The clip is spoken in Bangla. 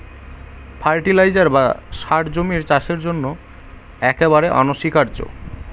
ফার্টিলাইজার বা সার জমির চাষের জন্য একেবারে অনস্বীকার্য